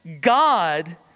God